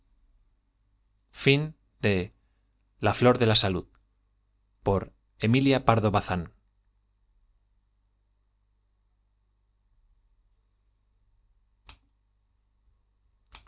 la flor de la salud por emilia pardo